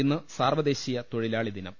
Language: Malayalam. ഇന്ന് സാർവ്വദ്ദേശീയ തൊഴിലാളി ദിനം